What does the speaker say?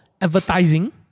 advertising